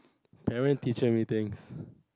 parent teaches everything